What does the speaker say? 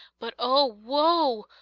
but, oh woe!